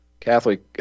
Catholic